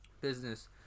business